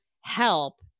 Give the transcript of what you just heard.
help